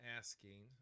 asking